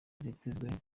vyitezwe